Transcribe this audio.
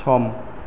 सम